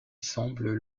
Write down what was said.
semblent